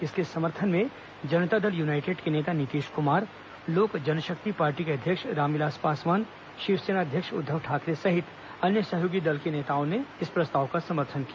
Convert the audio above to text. इसके समर्थन में जनता दल यूनाइटेड के नेता नीतीश कुमार लोक जनशक्ति पार्टी के अध्यक्ष रामविलास पासवान शिवसेना अध्यक्ष उद्धव ठाकरे सहित अन्य सहयोगी दल के नेताओं ने इस प्रस्ताव का समर्थन किया